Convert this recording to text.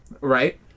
right